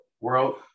World